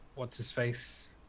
What's-his-face